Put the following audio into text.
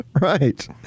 Right